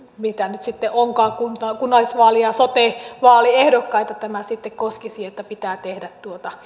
mitä nyt sitten onkaan kunnallisvaali ja sotevaaliehdokkaita tämä sitten koskisi että pitää tehdä